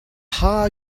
hog